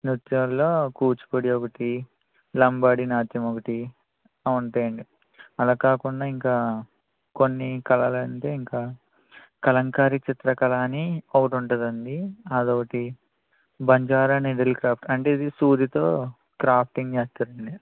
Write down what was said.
నృత్యాలలో కూచిపూడి ఒకటి లంబాడీ నాట్యం ఒకటి అవి ఉంటాయండి అలా కాకుండా ఇంకా కొన్ని కళలంటే ఇంకా కలంకారి చిత్రకళ అని ఒకటి ఉంటుందండి అదోకటి బంజారా నీడిల్ క్రాఫ్ట్ అంటే ఇది సూదితో క్రాఫ్టింగ్ చేస్తారండి